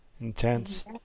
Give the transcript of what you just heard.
intense